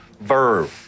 verb